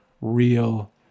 real